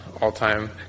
all-time